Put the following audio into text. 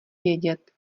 vědět